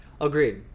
Agreed